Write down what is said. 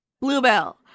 Bluebell